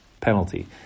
penalty